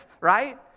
right